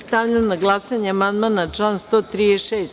Stavljam na glasanje amandman na član 136.